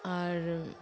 আর